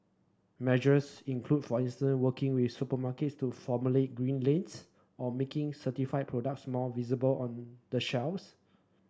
measures include for instance working with supermarkets to formulate green lanes or making certified products more visible on the shelves